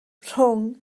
rhwng